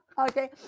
Okay